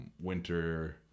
Winter